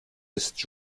ist